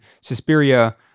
Suspiria